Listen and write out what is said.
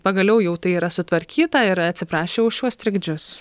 pagaliau jau tai yra sutvarkyta ir atsiprašė už šiuos trikdžius